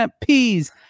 peas